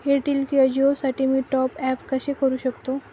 Airtel किंवा जिओसाठी मी टॉप ॲप कसे करु शकतो?